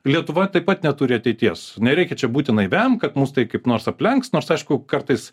lietuva taip pat neturi ateities nereikia čia būti naiviam kad mus tai kaip nors aplenks nors aišku kartais